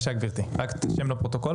גבירתי, רק את השם לפרוטוקול.